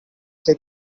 they